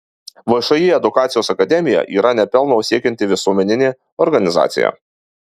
všį edukacijos akademija yra ne pelno siekianti visuomeninė organizacija